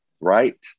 Right